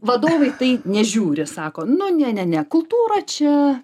vadovai tai nežiūri sako nu ne ne ne kultūra čia